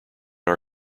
our